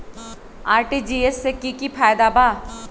RTGS से की की फायदा बा?